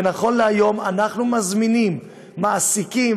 ואנחנו מזמינים מעסיקים,